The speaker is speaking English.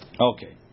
Okay